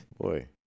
Boy